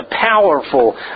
powerful